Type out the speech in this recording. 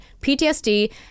PTSD